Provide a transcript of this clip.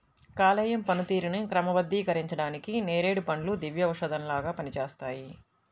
కాలేయం పనితీరుని క్రమబద్ధీకరించడానికి నేరేడు పండ్లు దివ్యౌషధంలా పనిచేస్తాయి